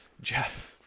Jeff